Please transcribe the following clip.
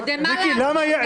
כדי מה לעשות?